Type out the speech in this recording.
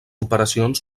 operacions